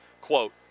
Quote